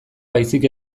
baizik